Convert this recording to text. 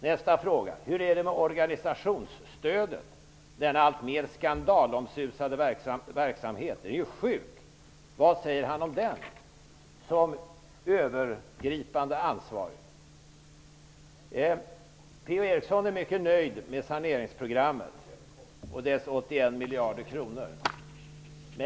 Nästa fråga: Hur är det med organisationsstödet, denna alltmer skandalomsusade verksamhet? Den är ju sjuk. Vad säger han som övergripande ansvarig om den? P-O Eriksson är mycket nöjd med saneringsprogrammet och dess 81 miljarder kronor.